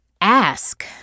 ask